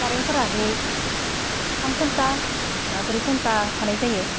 कारेन्टफोराहै थाम घन्टा बा ब्रै घन्टा थानाय जायो